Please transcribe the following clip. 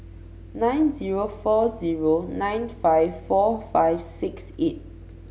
nine zero four zero nine five four five six eight